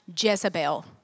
Jezebel